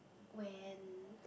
when